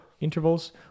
intervals